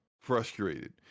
frustrated